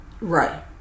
Right